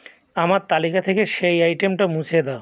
আমার তালিকা থেকে সেই আইটেমটা মুছে দাও